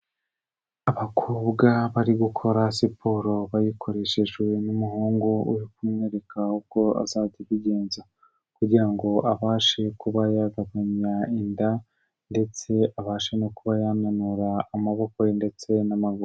Abakobwa bari gukora siporo bayikoreshejwe n'umuhungu uri kumwereka uko azajya abigenza kugira ngo abashe kuba yagabanya inda ndetse abashe no kuba yananura amaboko ye ndetse n'amaguru.